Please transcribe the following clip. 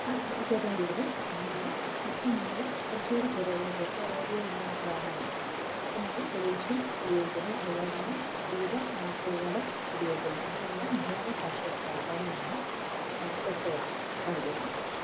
കേട്ടുകൊണ്ടിരുന്നു എന്നാൽ ഇപ്പം നമ്മൾ കുറച്ചുകൂടി പുരോഗമനം ചിലപ്പോൾ റേഡിയോയൊന്നും നമുക്ക് കാണാനില്ല ഇപ്പോൾ നമ്മൾ ടെലിവിഷൻ ഉപയോഗിക്കുന്നു അതുപോലെതന്നെ വിവിധ മാസികകൾ ഉപയോഗിക്കുന്നു അതിലെല്ലാം മലയാള ഭാഷയുടെ പ്രാധാന്യമാണ് എടുത്തു കാണിക്കുന്നത്